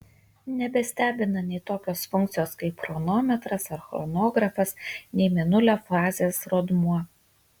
nebestebina nei tokios funkcijos kaip chronometras ar chronografas nei mėnulio fazės rodmuo